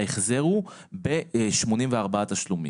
ההחזר הוא ב-84 תשלומים.